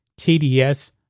TDS